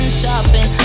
shopping